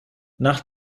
nach